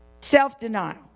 Self-denial